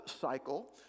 cycle